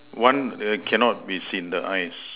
one err cannot be seen the eyes